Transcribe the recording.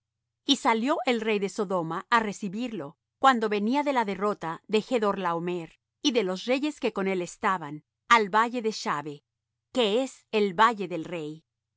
y salió el rey de sodoma á recibirlo cuando volvía de la derrota de chdorlaomer y de los reyes que con él estaban al valle de shave que es el valle del rey